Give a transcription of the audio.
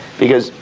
because,